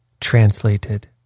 Translated